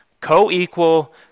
co-equal